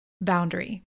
boundary